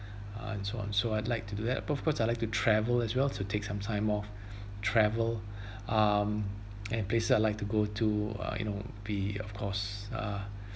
uh and so on so I'd like to do that but of course e I like to travel as well to take some time off travel um and places I'd like to go to uh you know be of course uh